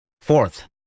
Fourth